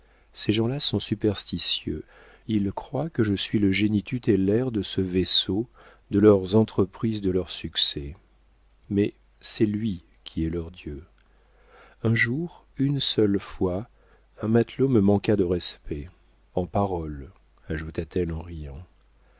ces gens-là sont superstitieux ils croient que je suis le génie tutélaire de ce vaisseau de leurs entreprises de leurs succès mais c'est lui qui est leur dieu un jour une seule fois un matelot me manqua de respect en paroles ajouta-t-elle en riant